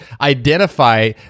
identify